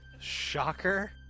Shocker